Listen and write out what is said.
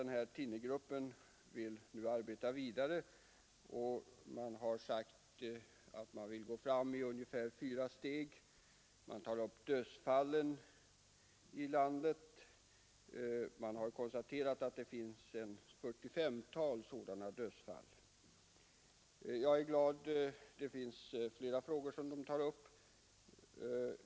Den här thinnergruppen vill arbeta vidare, och man har sagt att man vill gå fram i ungefär fyra steg; man tar bl.a. upp dödsfallen på grund av thinnermissbruk — man har konstaterat att det finns ett 45-tal sådana här i landet. Det finns också flera andra frågor som gruppen tar upp.